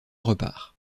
repart